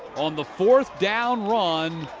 on the fourth down run,